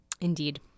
Indeed